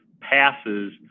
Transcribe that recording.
passes